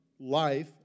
life